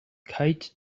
kite